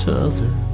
Southern